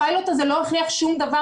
הפיילוט הזה לא הוכיח שום דבר,